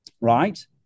right